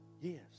Yes